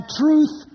truth